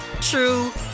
true